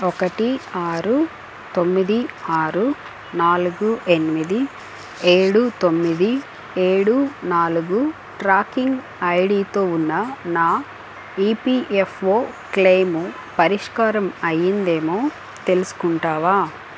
ఒకటి ఆరు తొమ్మిది ఆరు నాలుగు ఎనిమిది ఏడు తొమ్మిది ఏడు నాలుగు ట్రాకింగ్ ఐడి తో ఉన్న నా ఈపిఎఫ్ఓ క్లెయిము పరిష్కారం అయ్యిందేమో తెలుసుకుంటావా